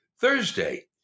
Thursday